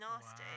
nasty